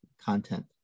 content